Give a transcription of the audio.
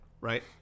right